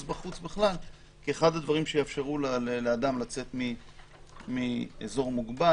בחוץ בכלל כאחד הדברים שיאפשרו לאדם לצאת מאזור מוגבל.